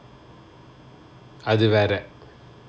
அது வேற:athu vera